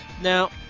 Now